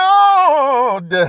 Lord